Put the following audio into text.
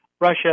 Russia